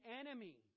enemy